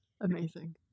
Amazing